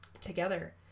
together